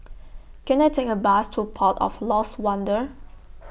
Can I Take A Bus to Port of Lost Wonder